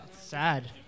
Sad